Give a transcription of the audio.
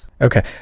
Okay